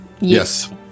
Yes